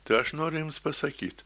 tai aš noriu jums pasakyt